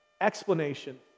explanation